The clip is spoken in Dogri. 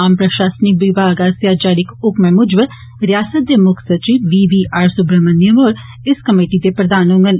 आम प्रशासनिक विमाग आस्सेआ जारी इक हुक्म मूजब रिआसत दे मुक्ख सचिव बी वी आर सुब्रामनयम होर इस कमेटी दे प्रधान होंगन